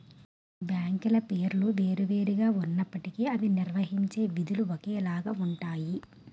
బ్యాంకుల పేర్లు వేరు వేరు గా ఉన్నప్పటికీ అవి నిర్వహించే విధులు ఒకేలాగా ఉంటాయి